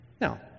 Now